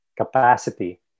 Capacity